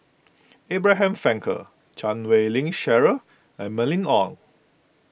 Abraham Frankel Chan Wei Ling Cheryl and Mylene Ong